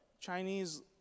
Chinese